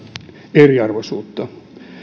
eriarvoisuutta